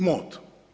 MOD.